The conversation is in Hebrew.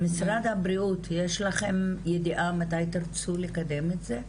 משרד הבריאות יש לכם ידיעה מתי תרצו לקדם את זה?